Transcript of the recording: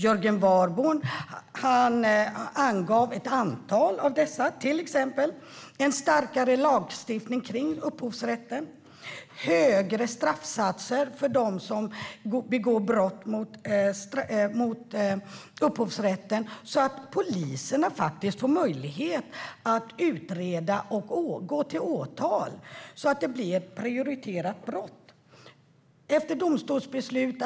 Jörgen Warborn angav ett antal av dessa, till exempel en starkare lagstiftning kring upphovsrätten och högre straffsatser för dem som begår brott mot upphovsrätten så att polisen får möjlighet att utreda. Det måste bli ett prioriterat brott som kan gå till åtal. Ett annat förslag är att sajter ska kunna blockeras efter domstolsbeslut.